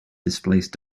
displaced